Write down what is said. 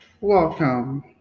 Welcome